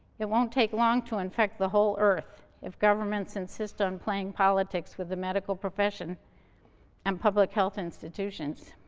it won't take long to infect the whole earth if governments insist on playing politics with the medical profession and public health institutions.